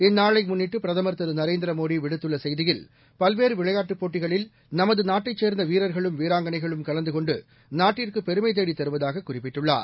இந்நாளை முன்னிட்டு பிரதமர் திரு நரேந்திர மோடி விடுத்துள்ள செய்தியில் பல்வேறு விளையாட்டுப் போட்டிகளில் நமது நாட்டைச் சேர்ந்த வீரர்களும் வீராங்கனைகளும் கலந்து கொண்டு நாட்டிற்கு பெருமை தேடித் தருவதாக குறிப்பிட்டுள்ளார்